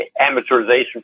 amateurization